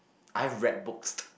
I read books